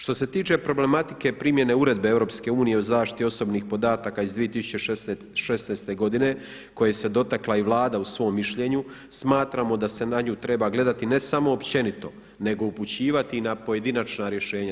Što se tiče problematike primjene Uredbe EU o zaštiti osobnih podataka iz 2016. godine koje se dotakla i Vlada u svom mišljenju, smatramo da se na nju treba gledati ne samo općenito nego upućivati i na pojedinačna rješenja.